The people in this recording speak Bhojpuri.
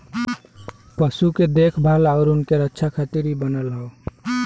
पशु के देखभाल आउर उनके रक्षा खातिर इ बनल हौ